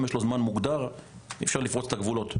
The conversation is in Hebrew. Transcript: יש זמן מוגדר ואי-אפשר לפרוץ את הגבולות.